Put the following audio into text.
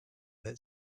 that